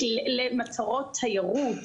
למטרות תיירות,